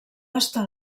estar